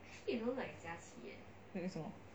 为什么